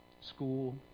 school